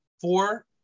four